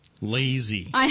Lazy